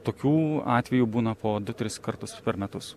tokių atvejų būna po du tris kartus per metus